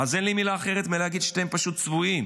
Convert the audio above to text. אין לי מילה אחרת מאשר להגיד שאתם פשוט צבועים,